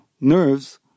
nerves